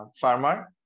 farmer